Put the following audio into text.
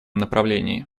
направлении